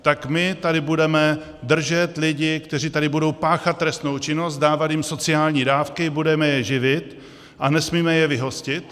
Tak my tady budeme držet lidi, kteří tady budou páchat trestnou činnost, dávat jim sociální dávky, budeme je živit a nesmíme je vyhostit?